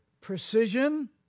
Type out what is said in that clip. precision